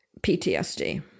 PTSD